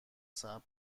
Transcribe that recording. صبر